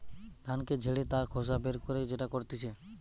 ধানকে ঝেড়ে তার খোসা বের করে যেটা করতিছে